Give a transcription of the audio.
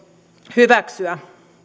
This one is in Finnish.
hyväksyä